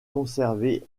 conservé